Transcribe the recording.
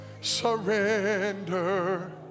surrender